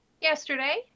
Yesterday